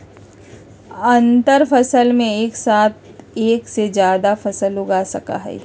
अंतरफसल में एक साथ एक से जादा फसल उगा सका हई